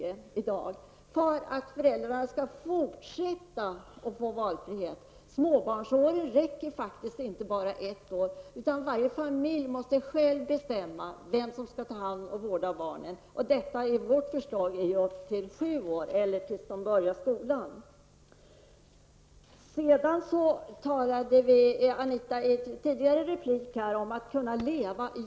Detta vill vi ha för att föräldrarna även efter ett år skall få valfrihet. Småbarnstiden är inte bara ett år, utan varje familj måste själv få bestämma vem som skall ta hand om och vårda barnen. Vårt förslag är att vårdnadsbidrag skall utgå till dess barnet fyller sju eller börjar skolan.